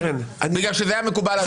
היה מקובל.